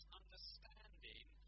understanding